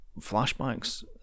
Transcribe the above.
flashbacks